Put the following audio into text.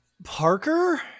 Parker